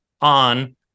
on